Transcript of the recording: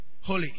Holy